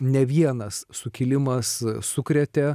ne vienas sukilimas sukrėtė